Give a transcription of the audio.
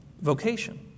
vocation